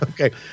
Okay